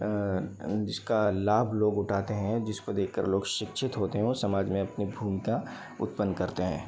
जिसका लाभ लोग उठाते हैं जिसको देखकर लोग शिक्षित होते हैं और समाज में अपनी भूमिका उत्पन्न करते हैं